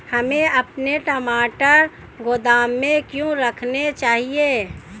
हमें अपने टमाटर गोदाम में क्यों रखने चाहिए?